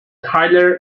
tyler